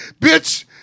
bitch